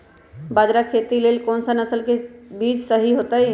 बाजरा खेती के लेल कोन सा नसल के बीज सही होतइ?